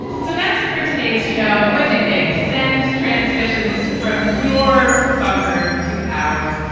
so that's it for today's show. what do you think? send transmissions from your bunker to ours.